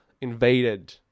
invaded